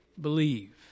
believe